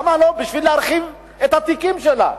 למה לא, בשביל להרחיב את התיקים שלה.